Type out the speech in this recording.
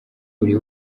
buri